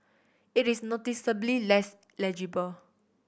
it is noticeably less legible